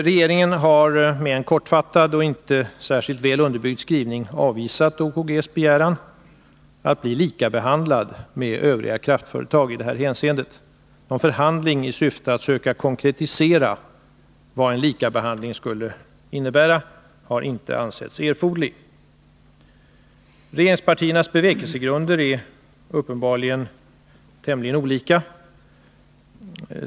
Regeringen har med en kortfattad och inte särskilt väl underbyggd skrivning avvisat OKG:s begäran att bli likabehandlad med övriga kraftföretag i detta hänseende. Någon förhandling i syfte att söka konkretisera vad en likabehandling skulle innebära har inte ansetts erforderlig. Regeringspartiernas bevekelsegrunder är uppenbarligen tämligen olika.